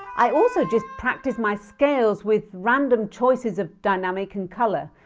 i also just practise my scales with random choices of dynamic and colour.